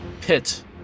pit